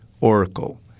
oracle